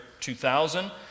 2000